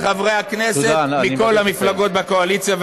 לחברי הכנסת מכל המפלגות בקואליציה.